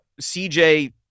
CJ